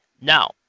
Now